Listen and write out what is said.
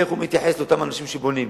איך הוא מתייחס לאותם אנשים שבונים.